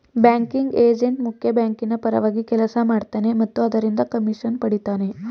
banking agent ಮುಖ್ಯ ಬ್ಯಾಂಕಿನ ಪರವಾಗಿ ಕೆಲಸ ಮಾಡ್ತನೆ ಮತ್ತು ಅದರಿಂದ ಕಮಿಷನ್ ಪಡಿತನೆ